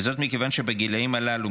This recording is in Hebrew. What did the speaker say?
וזאת מכיוון שבגילאים הללו,